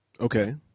Okay